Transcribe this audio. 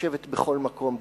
לשבת בכל מקום בארץ-ישראל.